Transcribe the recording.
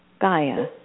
Gaia